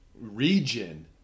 region